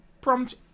Prompt